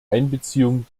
einbeziehung